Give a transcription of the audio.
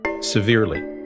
severely